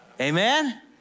Amen